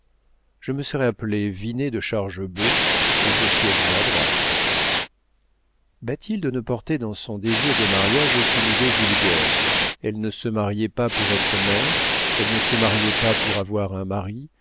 je me serais appelé vinet de chargebœuf et je siégerais à droite bathilde ne portait dans son désir de mariage aucune idée vulgaire elle ne se mariait pas pour être mère elle ne se mariait pas pour avoir un mari